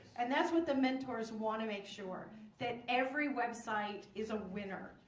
and that's what the mentors want to make sure that every website is a winner.